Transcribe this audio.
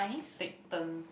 take turns